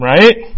Right